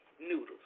noodles